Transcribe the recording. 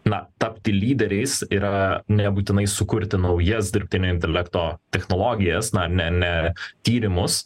na tapti lyderiais yra nebūtinai sukurti naujas dirbtinio intelekto technologijas na ne ne tyrimus